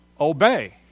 obey